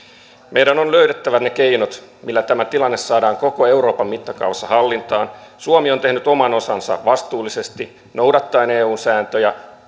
meidän on löydettävä ne keinot millä tämä tilanne saadaan koko euroopan mittakaavassa hallintaan suomi on tehnyt oman osansa vastuullisesti noudattaen eun sääntöjä